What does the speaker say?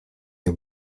nie